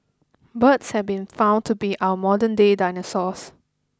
birds have been found to be our modernday dinosaurs